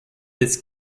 this